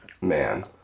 man